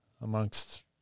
amongst